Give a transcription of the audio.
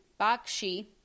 Bakshi